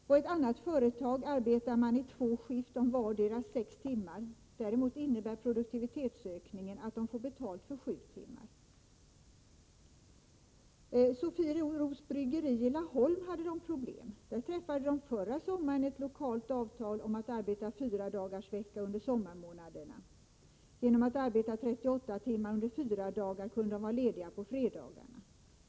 På ett annat företag arbetar man i två skift om vardera sex timmar. Men produktivitetsök = Nr 22 ningen innebär att de anställda får betalt för sju timmar. S SR Onsdagen den På Sofiero Bryggeri i Laholm hade man problem. Där träffade man förra Tnovember 1984 sommaren ett lokalt avtal om att arbeta fyra dagar i veckan under sommarmånaderna. Genom att man arbetade 38 timmar under fyra dagar Arbetstid och ledig blev fredagarna lediga.